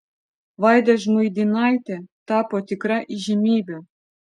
vaida žmuidinaitė tapo tikra įžymybe